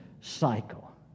cycle